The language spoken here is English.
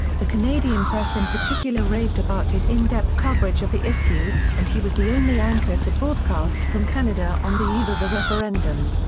the canadian press in particular raved about his in-depth coverage of the issue, and he was the only anchor to broadcast from canada on the eve of the referendum.